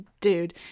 dude